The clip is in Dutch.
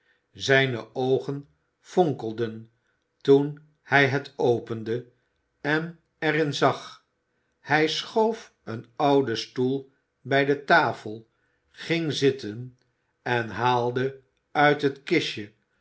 zijne oogen fonkelden toen hij het opende en er in zag hij schoof een ouden stoel bij de tafel ging zitten en haalde uit het kistje